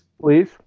please